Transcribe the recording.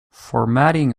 formatting